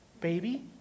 baby